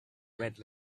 red